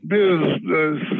business